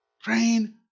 praying